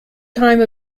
time